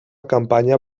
campanya